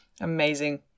Amazing